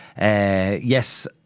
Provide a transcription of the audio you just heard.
Yes